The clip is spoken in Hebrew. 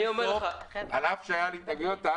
על אף שהיו התנגדויות.